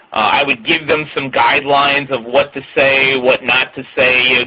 i would give them some guidelines of what to say, what not to say.